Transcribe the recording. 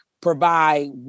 provide